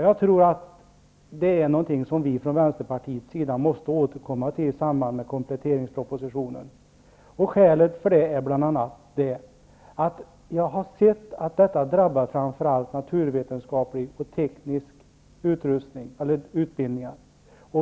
Jag tror att det är något som vi från Vänsterpartiet måste återkomma till i samband med kompletteringspropositionen. Skälet till det är bl.a. att jag har sett att detta drabbar framför allt naturvetenskapliga och tekniska utbildningar.